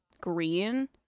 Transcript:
green